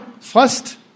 first